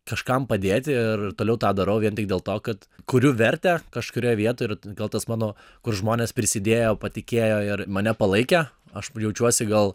kažkam padėti ir toliau tą darau vien tik dėl to kad kuriu vertę kažkurioj vietoj ir gal tas mano kur žmonės prisidėjo patikėjo ir mane palaikė aš jaučiuosi gal